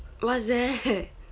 what's that